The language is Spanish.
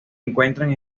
encuentran